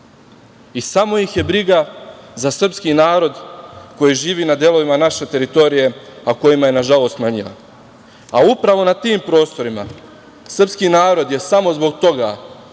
i samo ih je briga za srpski narod koji živi na delovima naše teritorije, a kojima je na žalost manja. Upravo na tim prostorima srpski narod je samo zbog toga